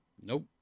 Nope